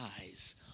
eyes